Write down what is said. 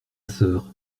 sœur